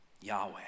Yahweh